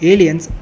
Aliens